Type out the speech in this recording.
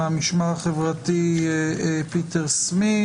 מהמשמר החברתי פיטר סמיט.